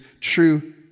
true